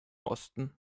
osten